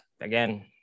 Again